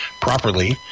properly